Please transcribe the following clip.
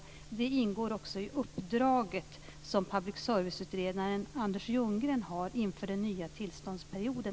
Att se över det ingår också i uppdraget som public service-utredaren Anders Ljunggren har inför den nya tillståndsperioden.